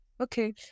Okay